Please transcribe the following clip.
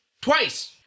Twice